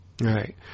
Right